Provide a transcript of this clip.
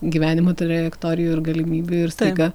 gyvenimo trajektorijų ir galimybių ir staiga